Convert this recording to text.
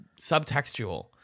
subtextual